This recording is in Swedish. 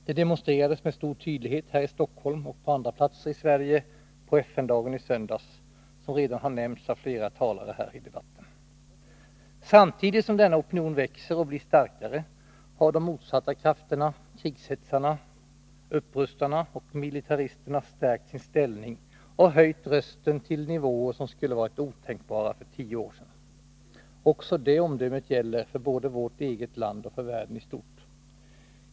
Det demonstrerades med stor tydlighet här i Stockholm och på andra platser i Sverige på FN-dagen i söndags, vilket redan har nämnts av flera talare här i debatten. Samtidigt som denna opinion växer och blir allt starkare, har de motsatta krafterna, krigshetsarna, upprustarna och militaristerna, stärkt sin ställning och höjt rösten till nivåer som skulle ha varit otänkbara för tio år sedan. Också det omdömet gäller för både vårt eget land och för världen i stort.